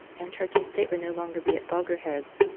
and church and state would no longer be at logger heads.